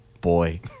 boy